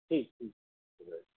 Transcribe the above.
ठीक ठीक हो जाएगा